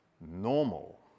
normal